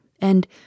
and